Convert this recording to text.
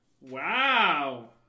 Wow